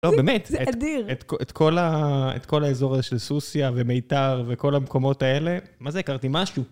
לא, באמת. זה אדיר. את כל האזור הזה של סוסיא ומיתר וכל המקומות האלה. מה זה הכרתי? משהו